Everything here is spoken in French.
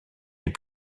les